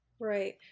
Right